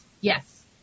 yes